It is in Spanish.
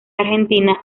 argentina